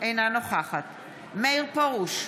אינה נוכחת מאיר פרוש,